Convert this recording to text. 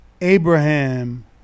Abraham